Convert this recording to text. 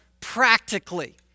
practically